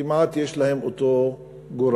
יש להם כמעט אותו גורל.